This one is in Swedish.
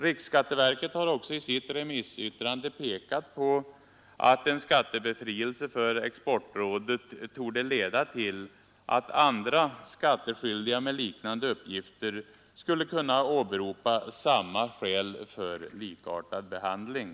Riksskatteverket har också i sitt remissyttrande pekat på att skattebefrielse för Exportrådet torde leda till att andra skattskyldiga med liknande uppgifter skulle kunna åberopa samma skäl för likartad behandling.